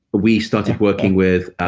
we started working with ah